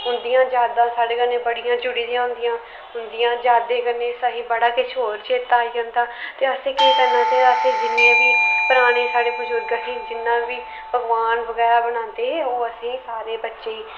उन्दियां जादां साड़े कन्ने जुड़ी दियां होंदियां उन्दियां जादें कन्नै असें बड़ा किश होर चेत्ता आई जंदा ते असें केह् करना चाहिदा असें जिन्नियां बी पराने साढ़े बजुर्ग हे जिन्ना बी पकवान बगैरा बनांदे हे ओह् असेंई सारें बच्चेंई